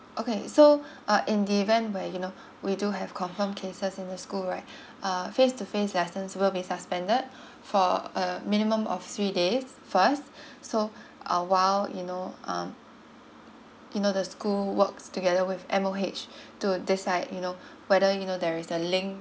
okay so uh in the event where you know we do have confirm cases in the school right uh face to face lessons will be suspended for a minimum of three days first so uh while you know um you know the school works together with M_O_H to decide you know whether you know there is a link